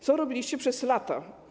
Co robiliście przez lata?